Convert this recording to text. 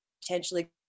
potentially